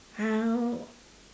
how